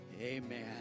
amen